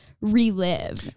relive